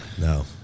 No